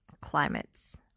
climates